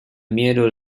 meadow